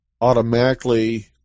automatically